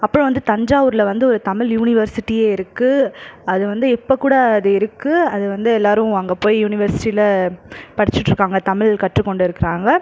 அப்புறம் வந்து தஞ்சாவூரில் வந்து ஒரு தமிழ் யூனிவர்சிட்டியே இருக்குது அது வந்து இப்போ கூட அது இருக்குது அது வந்து எல்லோரும் அங்கே போய் யூனிவர்சிட்டியில் படிச்சுட்ருக்காங்க தமிழ் கற்றுக்கொண்டு இருக்கிறாங்க